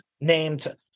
named